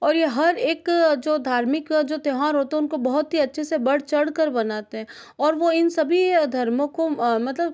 और यह हर एक जो धार्मिक का जो त्योहार होते हैं उनको बहुत ही अच्छे से बढ़ चढ़कर बनाते हैं और वह इन सभी धर्मों को मतलब